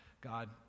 God